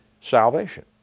salvation